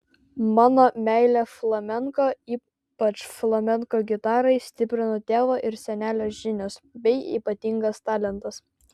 mano meilę flamenko ypač flamenko gitarai stiprino tėvo ir senelio žinios bei ypatingas talentas